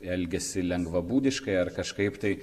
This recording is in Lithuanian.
elgiasi lengvabūdiškai ar kažkaip tai